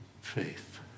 faith